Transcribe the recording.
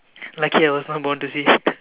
lucky I was not born to see